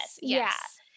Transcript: Yes